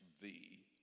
thee